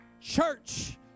church